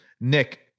Nick